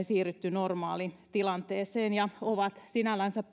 siirrytty normaalitilanteeseen ja ovat sinällänsä